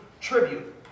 tribute